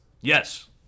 Yes